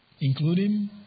Including